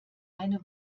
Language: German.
eine